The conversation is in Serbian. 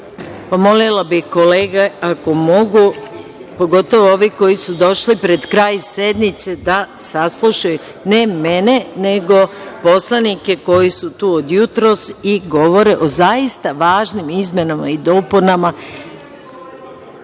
molila bih kolege ako mogu, pogotovo ove koje su došli pred kraj sednice, da saslušaju, ne mene nego poslanike koji su tu od jutros i govore o zaista važnim izmenama i dopunama